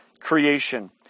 creation